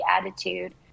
attitude